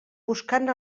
buscant